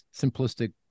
simplistic